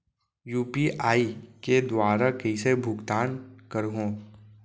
UPI के दुवारा कइसे भुगतान करहों?